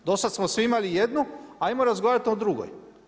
Do sada smo svi imali jednu, ajmo razgovarati o drugoj.